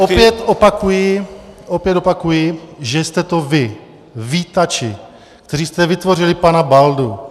Opět opakuji, opět opakuji, že jste to vy, vítači, kteří jste vytvořili pana Baldu.